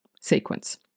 sequence